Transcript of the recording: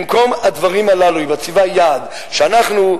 במקום הדברים הללו היא מציבה יעד שאנחנו,